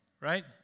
right